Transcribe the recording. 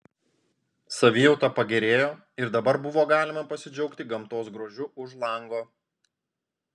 savijauta pagerėjo ir dabar buvo galima pasidžiaugti gamtos grožiu už lango